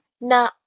na